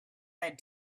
that